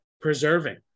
Preserving